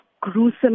gruesome